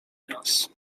nas